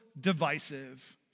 divisive